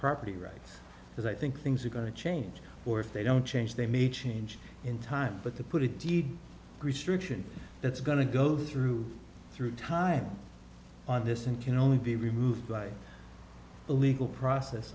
property rights because i think things are going to change or if they don't change they may change in time but the put it deed restriction that's going to go through through time on this and can only be removed by a legal process